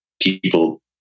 People